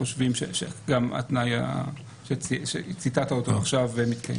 חושבים שגם התנאי שציטטת אותו עכשיו מתקיים.